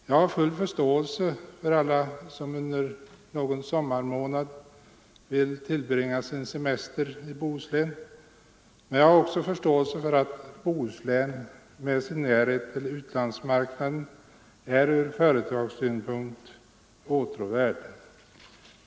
Jag har full förståelse för alla som under någon sommarmånad vill tillbringa sin semester i Bohuslän, men jag har också förståelse för att Bohuslän, med sin närhet till utlandsmarknaden, från företagssynpunkt sett är åtråvärd.